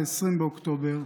20 באוקטובר,